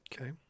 Okay